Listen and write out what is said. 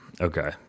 Okay